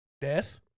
Death